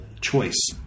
choice